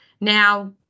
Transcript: now